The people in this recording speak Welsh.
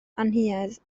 anhunedd